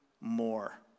more